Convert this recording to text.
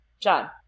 John